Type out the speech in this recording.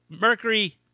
Mercury